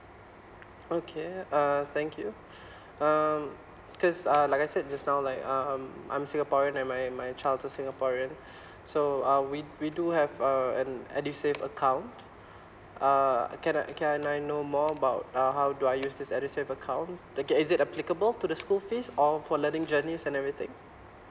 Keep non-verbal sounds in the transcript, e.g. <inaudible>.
okay uh thank you <breath> um because uh like I said just now like um I'm singaporean and my my child a singaporean <breath> so uh we we do have uh an edusave account <breath> uh can I can I know more about uh how do I use this edusave account like uh is it applicable to the school fees or for learning journeys and everything